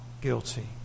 guilty